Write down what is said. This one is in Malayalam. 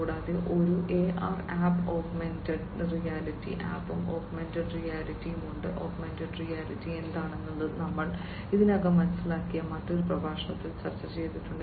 കൂടാതെ ഒരു AR ആപ്പ് ഓഗ്മെന്റഡ് റിയാലിറ്റി ആപ്പും ഓഗ്മെന്റഡ് റിയാലിറ്റിയും ഉണ്ട് ഓഗ്മെന്റഡ് റിയാലിറ്റി എന്താണെന്ന് ഞങ്ങൾ ഇതിനകം മനസ്സിലാക്കിയ മറ്റൊരു പ്രഭാഷണത്തിൽ ചർച്ച ചെയ്തിട്ടുണ്ട്